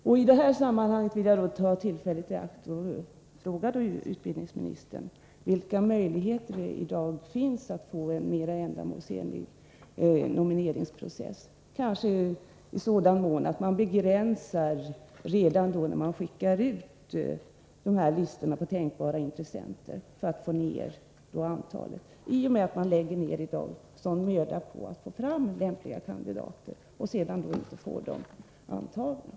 Jag vill ta tillfället i akt att i det här sammanhanget fråga utbildningsministern vilka möjligheter det i dag finns att få en mera ändamålsenlig nomineringsprocess — kanske genom att begränsa antalet tänkbara intressenter på listorna som man skickar ut. Det läggs ju ned stor möda på att få fram lämpliga kandidater, som sedan inte blir antagna.